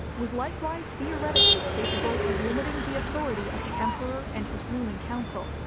was likewise theoretically capable of limiting the authority of the emperor and his ruling council.